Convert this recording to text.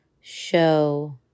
show